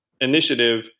initiative